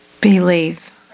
believe